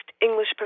English